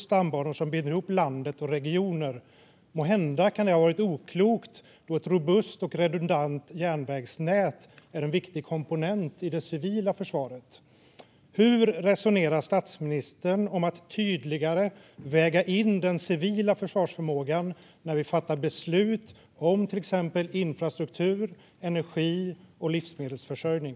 Stambanor binder ihop landet och regioner. Måhända kan det ha varit ett oklokt beslut då ett robust och redundant järnvägsnät är en viktig komponent i det civila försvaret. Hur resonerar statsministern om att tydligare väga in den civila försvarsförmågan när vi fattar beslut om till exempel infrastruktur, energi och livsmedelsförsörjning?